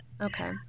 Okay